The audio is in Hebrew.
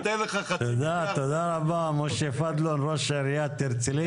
תודה, תודה רבה משה פדלון, ראש עיריית הרצליה.